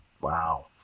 Wow